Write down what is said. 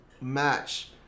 match